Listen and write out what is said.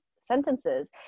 sentences